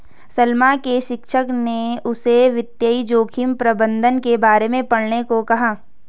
सलमा के शिक्षक ने उसे वित्तीय जोखिम प्रबंधन के बारे में पढ़ने को कहा